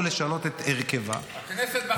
לשנות את הרכבה -- הכנסת בחרה אותם.